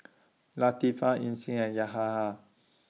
Latifa Isnin and Yahaha